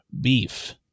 beef